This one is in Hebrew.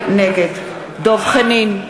נגד דב חנין,